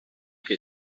che